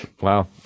Wow